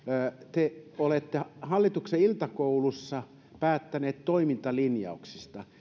te olette hallituksen iltakoulussa päättäneet toimintalinjauksista